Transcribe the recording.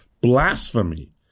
blasphemy